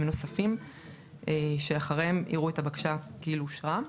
נוספים שאחריהם יראו את הבקשה כאילו אושרה.